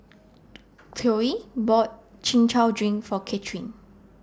Chloie bought Chin Chow Drink For Kathryne